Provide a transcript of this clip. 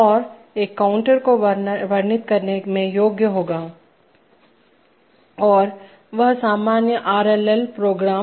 और एक काउंटर को वर्णित करने में योग्य होगा और वह सामान्य आर एल एल प्रोग्राम